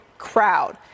crowd